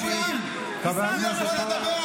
בושה, על הרמב"ם אתה יכול לדבר?